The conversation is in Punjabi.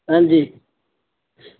ਹਾਂਜੀ